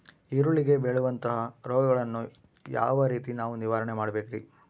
ಈರುಳ್ಳಿಗೆ ಬೇಳುವಂತಹ ರೋಗಗಳನ್ನು ಯಾವ ರೇತಿ ನಾವು ನಿವಾರಣೆ ಮಾಡಬೇಕ್ರಿ?